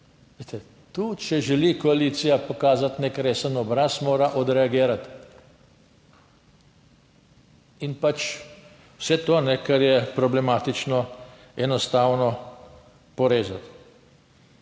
tudi če želi koalicija pokazati nek resen obraz, mora odreagirati in pač vse to, kar je problematično, enostavno porezati.